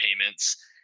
payments